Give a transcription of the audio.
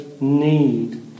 need